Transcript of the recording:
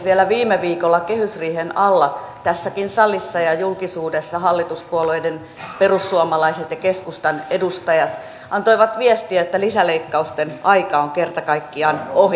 vielä viime viikolla kehysriihen alla tässäkin salissa ja julkisuudessa hallituspuolueiden perussuomalaiset ja keskustan edustajat antoivat viestin että lisäleikkausten aika on kerta kaikkiaan ohi